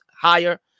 higher